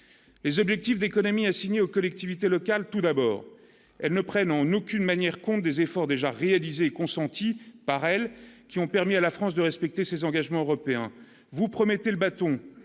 les objectifs d'économie assigné aux collectivités locales, tout d'abord elle ne prennent en aucune manière compte des efforts déjà réalisés consenties par elle, qui ont permis à la France de respecter ses engagements européens, vous promettez le bâton